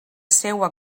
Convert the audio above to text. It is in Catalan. seua